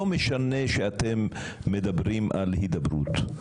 לא משנה שאתם מדברים על הידברות.